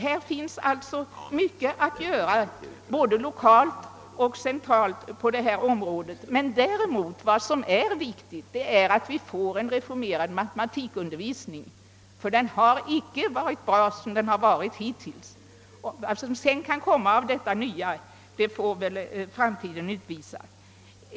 Här finns alltså mycket att göra både lokalt och centralt. Men det viktigaste är att vi får en reformerad matematikundervisning, ty den har inte varit bra hittills. Vad som sedan kan komma ut av detta nya får framtiden utvisa.